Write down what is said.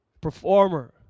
performer